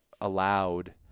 allowed